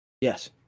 Yes